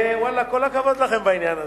ואללה, כל הכבוד לכן בעניין הזה,